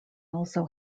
also